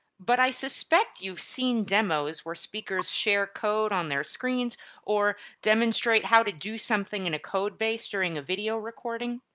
but i suspect you've seen demos where speakers share code on their screens or demonstrate how to do something in a code base during a video recording.